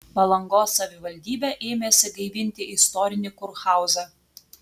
palangos savivaldybė ėmėsi gaivinti istorinį kurhauzą